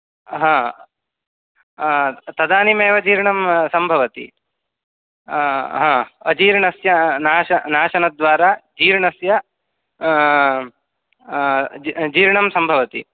हा तदानीमेव जीर्णं सम्भवति हा अजीर्णस्य नाश नाशनद्वारा जीर्णस्य जीर्णं सम्भवति